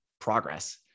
progress